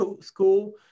school